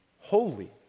holy